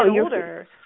older